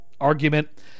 argument